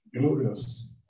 glorious